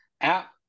app